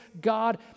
God